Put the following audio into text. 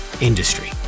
industry